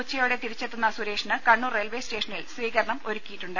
ഉച്ചയോടെ തിരിച്ചെത്തുന്ന സുരേഷിന് കണ്ണൂർ റെയിൽവെ സ്റ്റേഷനിൽ സ്വീകരണം ഒരുക്കിയിട്ടുണ്ട്